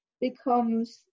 becomes